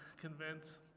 convince